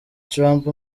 trump